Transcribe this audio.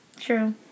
True